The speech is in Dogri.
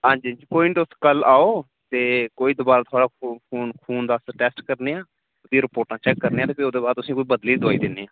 हां जी हां जी कोई निं तुस कल्ल आओ ते कोई दोआ शोआ खून दा टैस्ट अस करने आं भी रपोटां चैक्क करने आं ते भी ओह्दे बाद तुसें कोई बदलियै दोआई दिन्ने आं